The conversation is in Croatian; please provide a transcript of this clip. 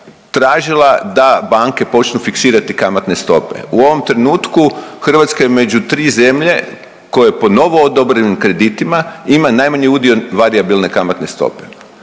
tražila da banke počnu fiksirati kamatne stope. U ovom trenutku Hrvatska je među 3 zemlje koje po novoodobrenim kreditima ima najmanji udio varijabilne kamatne stope,